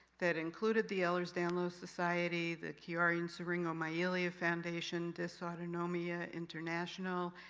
that included the ehlers-danlos society, the chiari and syringomyelia foundation, dysautonomia international,